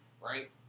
right